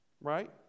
Right